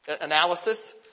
analysis